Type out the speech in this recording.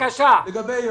יו"ש.